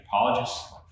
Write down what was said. anthropologists